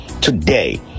Today